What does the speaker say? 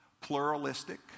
pluralistic